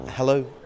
Hello